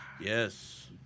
Yes